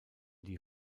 die